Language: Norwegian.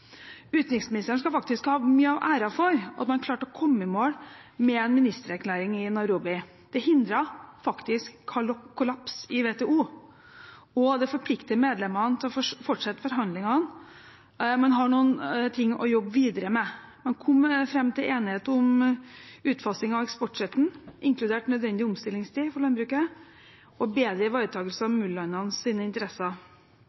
Utenriksministeren skal faktisk ha mye av æren for at man klarte å komme i mål med en ministererklæring i Nairobi. Det hindret faktisk kollaps i WTO, og det forplikter medlemmene til å fortsette forhandlingene. Man har noen ting å jobbe videre med. Man kom fram til enighet om utfasing av eksportstøtten, inkludert nødvendig omstillingstid for landbruket, og bedre ivaretakelse av